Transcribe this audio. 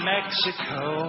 Mexico